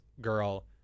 girl